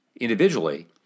individually